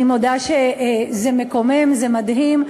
אני מודה שזה מקומם, זה מדהים.